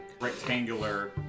rectangular